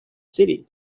city